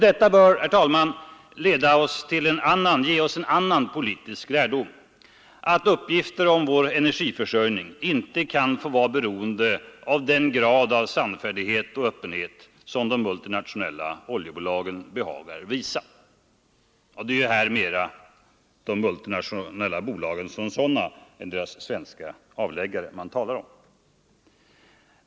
Detta bör, herr talman, ge oss en annan politisk lärdom: att uppgifter om vår energiförsörjning inte kan få vara beroende av den grad av sannfärdighet och öppenhet som de multinationella oljebolagen behagar visa. Det är här mera de multinationella bolagen som sådana än deras svenska avläggare man talar om.